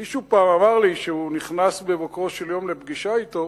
מישהו פעם אמר לי שהוא נכנס בבוקרו של יום לפגישה אתו,